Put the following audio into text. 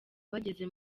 bageze